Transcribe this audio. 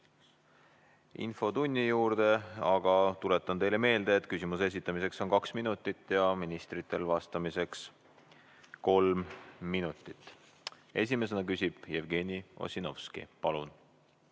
infotunni juurde. Aga tuletan teile meelde, et küsimuse esitamiseks on aega kaks minutit ja ministritel on vastamiseks kolm minutit. Esimesena küsib Jevgeni Ossinovski. Palun!